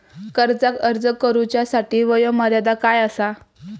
कर्जाक अर्ज करुच्यासाठी वयोमर्यादा काय आसा?